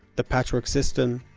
the patchwork system,